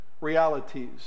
realities